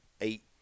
eight